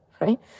right